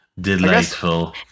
Delightful